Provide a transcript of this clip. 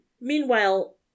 Meanwhile